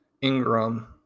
Ingram